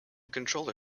controller